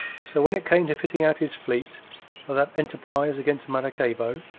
so when it came to fitting out his fleet for that enterprise against maracaybo,